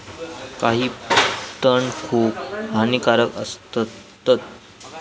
काही तण खूप हानिकारक असतत